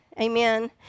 amen